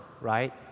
right